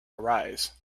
arise